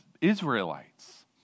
Israelites